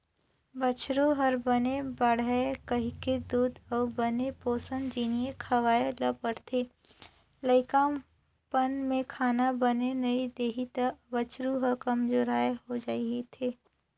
बछरु ह बने बाड़हय कहिके दूद अउ बने पोसन जिनिस खवाए ल परथे, लइकापन में खाना बने नइ देही त बछरू ह कमजोरहा हो जाएथे